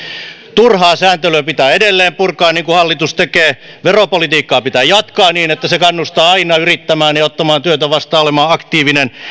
turhaa sääntelyä pitää edelleen purkaa niin kuin hallitus tekee veropolitiikkaa pitää jatkaa niin että se kannustaa aina yrittämään ja ottamaan työtä vastaan olemaan aktiivinen